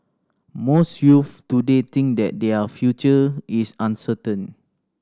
most youths today think that their future is uncertain